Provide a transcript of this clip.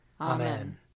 Amen